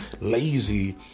lazy